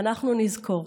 ואנחנו נזכור.